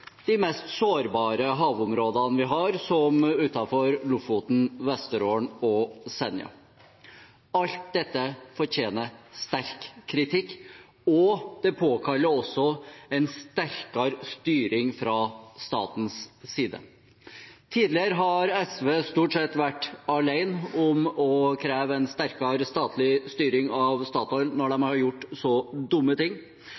de mest sårbare havområdene vi har, som utenfor Lofoten, Vesterålen og Senja. Alt dette fortjener sterk kritikk, og det påkaller også en sterkere styring fra statens side. Tidligere har SV stort sett vært alene om å kreve en sterkere statlig styring av Statoil – når de har gjort så dumme ting.